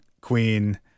Queen